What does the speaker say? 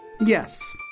Yes